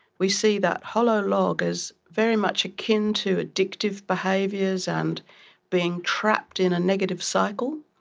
we see that hollow log as very much akin to addictive behaviours and being trapped in a negative cycle,